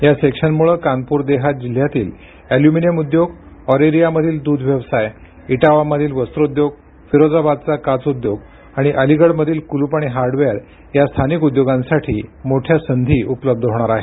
या सेक्शनमुळे कानपूर देहात जिल्ह्यातील ऍल्युमिनियम उद्योग ऑरेरियामधील दूध व्यवसाय इटावामधील वस्त्रोद्योग फिरोजाबादचा काच उद्योग आणि अलिगढमधील कुलूप आणि हार्डवेअर या स्थानिक उद्योगांसाठी मोठ्या संधी उपलब्ध होणार आहेत